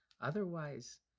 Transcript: Otherwise